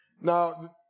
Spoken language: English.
Now